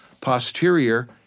posterior